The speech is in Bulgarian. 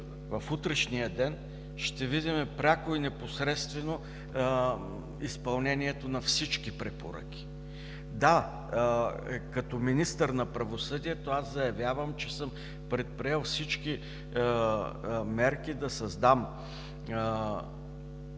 в утрешния ден ще видим пряко и непосредствено изпълнението на всички препоръки. Да, като министър на правосъдието, заявявам, че съм предприел всички мерки да създам